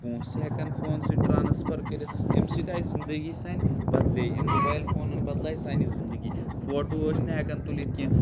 پۄنسہٕ ہیٚکان فون سۭتۍ ٹرانٕسفر کٔرِتھ اَمہِ سۭتۍ آیہِ زندگی سٲنۍ بدلے أمۍ موبایِل فونن بدلے سانہِ زندگی فوٹوٗ ٲسۍ نہٕ ہٮ۪کان تُلِتھ کیٚنٛہہ